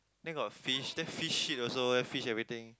then got a fish then fish shit also eh fish everything